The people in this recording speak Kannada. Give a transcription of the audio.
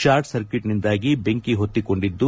ಶಾರ್ಟ್ ಸರ್ಕ್ಯೂಟ್ ನಿಂದಾಗಿ ಬೆಂಕಿ ಹೊತ್ತಿಕೊಂಡಿದ್ದು